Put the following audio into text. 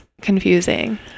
confusing